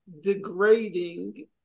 degrading